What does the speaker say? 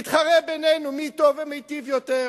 נתחרה בינינו מי טוב ומיטיב יותר.